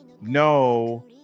no